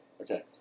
Okay